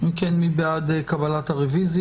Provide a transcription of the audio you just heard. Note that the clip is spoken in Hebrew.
אם כן, מי בעד קבלת הרביזיה?